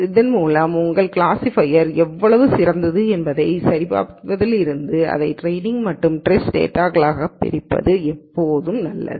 எனவே உங்கள் கிளாஸிஃபையர் எவ்வளவு சிறந்தது என்பதைச் சரிபார்ப்பதில் இருந்து இதை டிரேயின் மற்றும் டேஸ்டு டேட்டாகளாகப் பிரிப்பது எப்போதும் நல்லது